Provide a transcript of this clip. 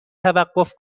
توقف